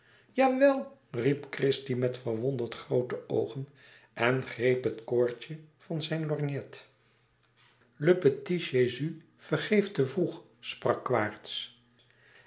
jawel riep christie met verwonderd groote oogen en greep het koordje van zijn lorgnet louis couperus extaze een boek van geluk le petit jésus vergeeft te vroeg sprak